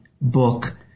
book